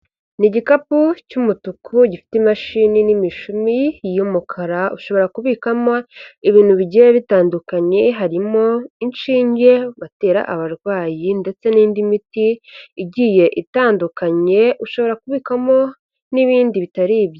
Ni igikapu cy'umutuku gifite imashini n'imishumi y'umukara, ushobora kubikamo ibintu bigiye bitandukanye harimo inshinge batera abarwayi ndetse n'indi miti igiye itandukanye, ushobora kubikamo n'ibindi bitari ibyo.